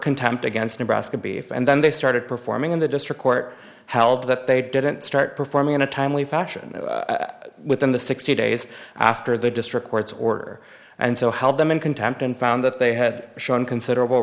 contempt against nebraska beef and then they started performing in the district court held that they didn't start performing in a timely fashion within the sixty days after the district court's order and so how them in contempt and found that they had shown considerable